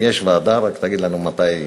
אם יש ועדה, רק תגיד לנו מתי.